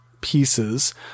pieces